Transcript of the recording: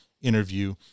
interview